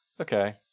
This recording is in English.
Okay